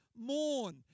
mourn